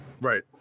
Right